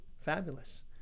fabulous